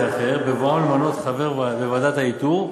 אחר בבואם למנות חבר בוועדת האיתור.